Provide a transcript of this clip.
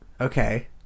Okay